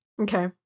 Okay